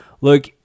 look